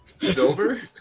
Silver